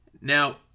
Now